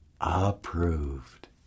approved